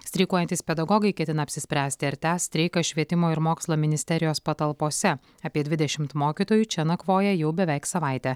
streikuojantys pedagogai ketina apsispręsti ar tęs streiką švietimo ir mokslo ministerijos patalpose apie dvidešimt mokytojų čia nakvoja jau beveik savaitę